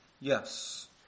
yes